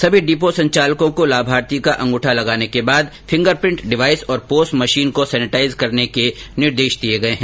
सभी डिपो संचालकों को लाभार्थी का अंगूठा लगाने के बाद फिंगर प्रिन्ट डिवाइस और पोस मशीन को सैनेटाइज करने के निर्देश दिए गए है